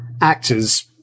actors